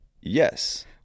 Yes